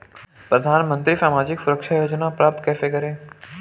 प्रधानमंत्री सामाजिक सुरक्षा योजना प्राप्त कैसे करें?